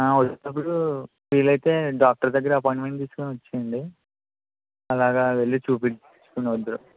వచ్చేటప్పుడు వీలు అయితే డాక్టర్ దగ్గర అప్పోయింట్మెంట్ తీసుకొని వచ్చేయండి అలాగా వెళ్ళి చూపించుకుని వద్దరు